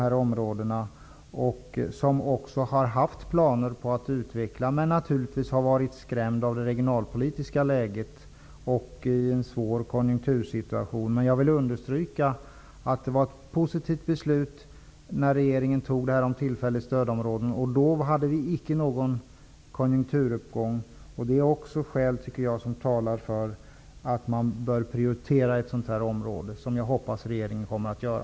Inom företagen har man också haft planer på att utveckla, men man har naturligtvis varit skrämd av det regionalpolitiska läget och befunnit sig i en svår konjunktursituation. Jag vill ändå understryka att regeringens beslut om tillfällig stödområdestillhörighet var positivt. När beslutet fattades hade vi inte någon konjunkturuppgång. Det är också ett skäl som talar för att man bör prioritera ett sådant här område, vilket jag också hoppas att regeringen kommer att göra.